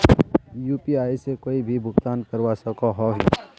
UPI से कोई भी भुगतान करवा सकोहो ही?